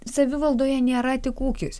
savivaldoje nėra tik ūkis